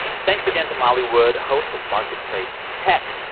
thanks again to molly wood, host of marketplace tech.